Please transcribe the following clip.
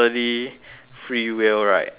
free will right then